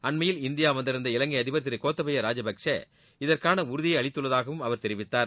அண்மையில் இந்தியா வந்திருந்த இலங்கை அதிபர் திரு கோத்தபய ராஜபக்சே இதற்கான உறுதியை அளித்துள்ளதாகவும் அவர் தெரிவித்தார்